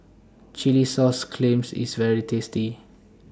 Chilli Sauce Clams IS very tasty